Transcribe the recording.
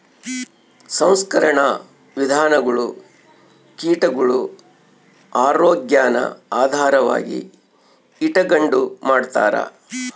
ಸಂಸ್ಕರಣಾ ವಿಧಾನಗುಳು ಕೀಟಗುಳ ಆರೋಗ್ಯಾನ ಆಧಾರವಾಗಿ ಇಟಗಂಡು ಮಾಡ್ತಾರ